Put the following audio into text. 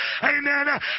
amen